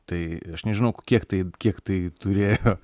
tai aš nežinau kiek tai kiek tai turėjo